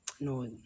No